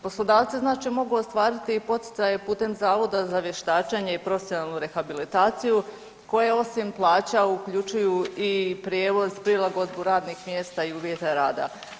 Poslodavci znači mogu ostvariti i poticaje putem Zavoda za vještačenje i profesionalnu rehabilitaciju koje osim plaća uključuju i prijevoz, prilagodbu radnih mjesta i uvjete rada.